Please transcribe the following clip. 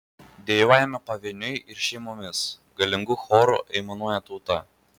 dejuojame pavieniui ir šeimomis galingu choru aimanuoja tauta